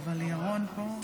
אתה רואה אותה פה?